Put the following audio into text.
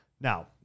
Now